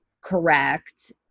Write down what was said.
correct